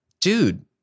dude